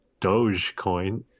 Dogecoin